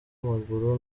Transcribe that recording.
maguru